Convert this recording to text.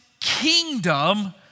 kingdom